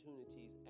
opportunities